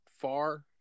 far